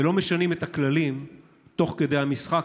ולא משנים את הכללים תוך כדי המשחק,